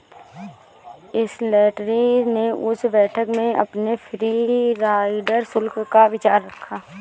Slattery ने उस बैठक में अपने फ्री राइडर शुल्क का विचार रखा